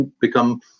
become